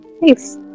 Thanks